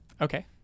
Okay